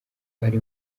ari